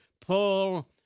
Paul